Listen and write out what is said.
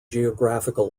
geographical